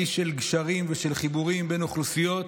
איש של גשרים ושל חיבורים בין אוכלוסיות.